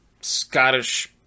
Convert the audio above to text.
Scottish